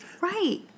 Right